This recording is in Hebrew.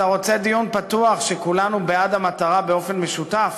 אתה רוצה דיון פתוח ושכולנו בעד המטרה באופן משותף?